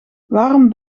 waarom